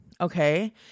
Okay